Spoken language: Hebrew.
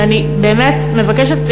ואני באמת מבקשת,